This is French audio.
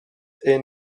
est